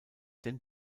den